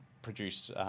produced